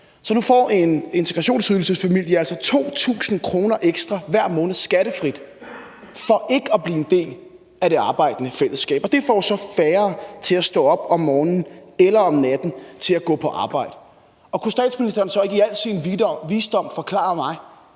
Så nu får en integrationsydelsesfamilie altså 2.000 kr. ekstra hver måned skattefrit for ikke at blive en del af det arbejdende fællesskab, og det får så færre til at stå op om morgenen eller om natten for at gå på arbejde. Kunne statsministeren så ikke i al sin visdom forklare mig,